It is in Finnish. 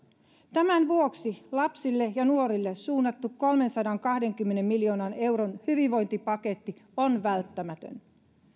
tämän vuoksi lapsille ja nuorille suunnattu kolmensadankahdenkymmenen miljoonan euron hyvinvointipaketti on välttämätön